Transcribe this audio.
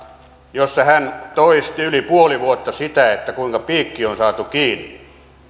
jossa hän toisti yli puoli vuotta sitä kuinka piikki on saatu kiinni